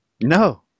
no